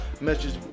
message